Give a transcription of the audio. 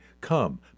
come